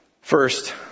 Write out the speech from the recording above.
First